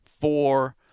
four